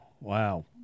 wow